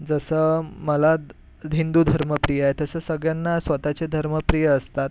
जसं मला हिंदू धर्म प्रिय आहे तसं सगळ्यांना स्वतःचे धर्म प्रिय असतात